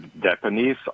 Japanese